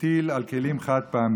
הטיל על כלים חד-פעמיים.